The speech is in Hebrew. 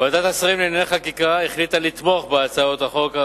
ועדת השרים לענייני חקיקה החליטה לתמוך בהצעות החוק,